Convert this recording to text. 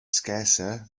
scarcer